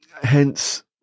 hence